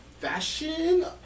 fashion